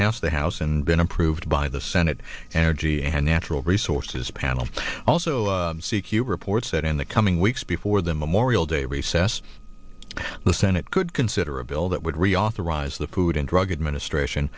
passed the house and been approved by the senate an energy and natural resources panel also c q reports that in the coming weeks before the memorial day recess the senate could consider a bill that would reauthorize the food and drug administration